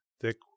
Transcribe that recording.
thick